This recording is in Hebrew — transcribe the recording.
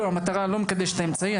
לא, המטרה לא מקדשת את האמצעים.